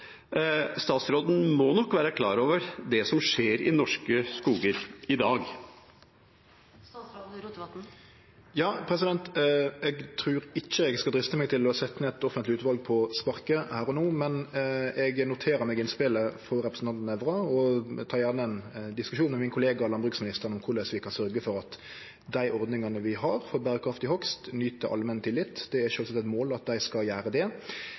Statsråden må nok være klar over det som skjer i norske skoger i dag. Eg trur ikkje eg skal driste meg til å setje ned eit offentleg utval på sparket, her og no, men eg noterer meg innspelet frå representanten Nævra, og eg tek gjerne ein diskusjon med min kollega landbruksministeren om korleis vi kan sørgje for at dei ordningane vi har for berekraftig hogst, nyter allmenn tillit. Det er sjølvsagt eit mål at dei skal gjere det.